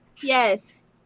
Yes